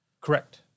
Correct